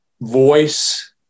voice